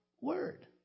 word